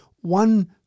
one